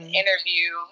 interview